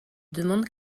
demandes